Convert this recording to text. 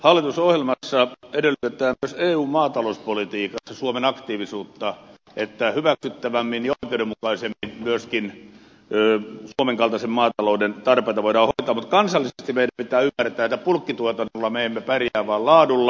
hallitusohjelmassa edellytetään myös eun maatalouspolitiikassa suomen aktiivisuutta että hyväksyttävämmin ja oikeudenmukaisemmin myöskin suomen kaltaisen maatalouden tarpeita voidaan hoitaa mutta kansallisesti meidän pitää ymmärtää että bulkkituotannolla me emme pärjää vaan laadulla